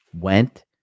went